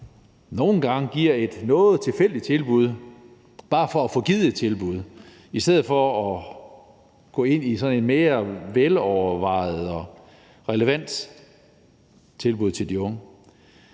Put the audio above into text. nogle gange giver et noget tilfældigt tilbud bare for at få givet et tilbud i stedet for at gå ind i et mere sådan velovervejet og relevant tilbud til de unge.